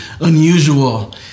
unusual